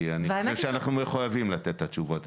כי אני חושב שאנחנו מחויבים לתת את התשובות,